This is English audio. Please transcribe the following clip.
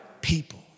People